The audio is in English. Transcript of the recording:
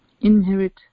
inherit